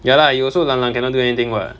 ya lah you also lan lan cannot do anything [what]